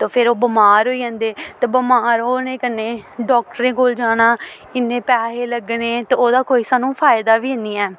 ते फिर ओह् बमार होई जंदे ते बमार होने कन्नै डाक्टरें कोल जाना इन्ने पैहे लग्गने ते ओह्दा कोई सानूं फायदा बी हैन्नी ऐ